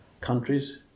countries